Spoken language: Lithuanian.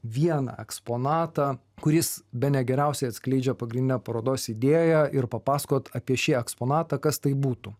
vieną eksponatą kuris bene geriausiai atskleidžia pagrindinę parodos idėją ir papasakot apie šį eksponatą kas tai būtų